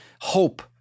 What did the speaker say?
hope